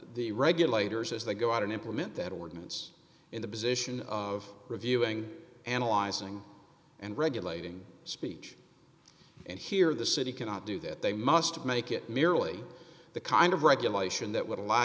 the regulators as they go out and implement that ordinance in the position of reviewing analyzing and regulating speech and here the city cannot do that they must make it merely the kind of regulation that would allow